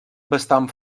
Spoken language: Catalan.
bastant